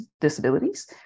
disabilities